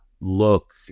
look